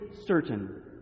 certain